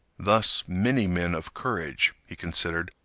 thus, many men of courage, he considered,